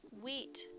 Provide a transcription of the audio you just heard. wheat